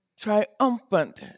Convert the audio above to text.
triumphant